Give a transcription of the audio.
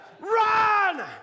Run